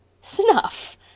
Snuff